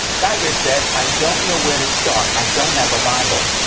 guyger said, i don't know where to start. i don't have a bible.